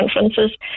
conferences